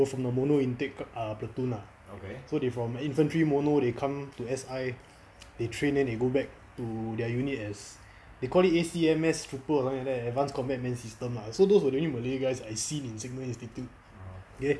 were from the mono intake err platoon ah so they from infantry mono they come to S_I they train then they go back to their unit as they called it A_C_M_S trooper or something like that advance combat man system ah so those was the only malay guys I see in signal institute okay